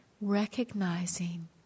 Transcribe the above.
recognizing